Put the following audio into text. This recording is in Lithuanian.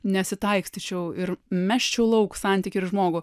nesitaikstyčiau ir mesčiau lauk santykį ir žmogų